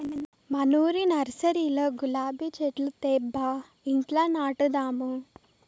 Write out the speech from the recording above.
మనూరి నర్సరీలో గులాబీ చెట్లు తేబ్బా ఇంట్ల నాటదాము